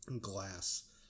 Glass